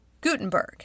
Gutenberg